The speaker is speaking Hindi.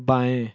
बाएँ